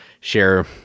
share